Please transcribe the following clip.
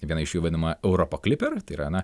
viena iš jų vadinama europa kliper tai yra na